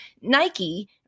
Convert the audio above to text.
Nike